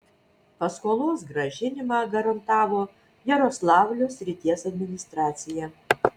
paskolos grąžinimą garantavo jaroslavlio srities administracija